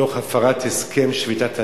תוך הפרת הסכם שביתת הנשק.